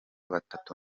batatu